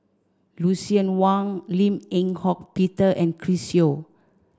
Lucien Wang Lim Eng Hock Peter and Chris Yeo